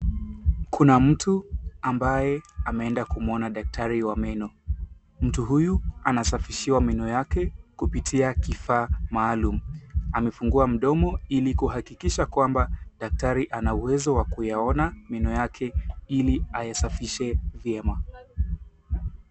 Kuna mtu ambaye ameenda kumwona daktari wa meno mtu huyu anasafishiwa meno yake kupitia kifaa maalum ,amefungua mdomo ili kuhakikisha kwamba daktari ana uwezo wa kuyaona meno yake ili ayasafishe vyema.